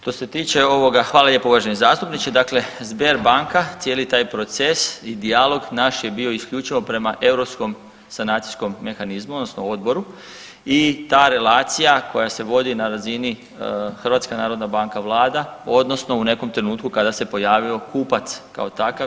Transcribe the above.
Što se tiče ovoga, hvala lijepo uvaženi zastupniče, dakle Sberbanka cijeli taj proces i dijalog naš je bio isključivo prema Europskom sanacijskom mehanizmu odnosno odboru i ta relacija koja se vodi na razini HNB vlada odnosno u nekom trenutku kada se pojavio kupac kao takav.